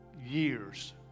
years